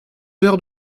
heures